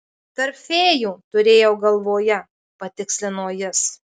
tarp fėjų turėjau galvoje patikslino jis